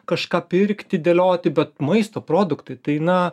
kažką pirkti dėlioti bet maisto produktai tai na